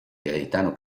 gaetano